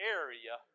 area